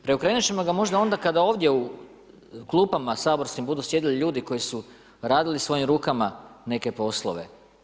Preokrenut ćemo ga možda onda kada ovdje u klupama saborskim budu sjedili ljudi koji su radili svojim rukama neke poslove.